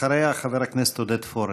אחריה, חבר הכנסת עודד פורר.